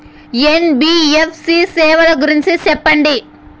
NBFC సేవల గురించి సెప్పండి?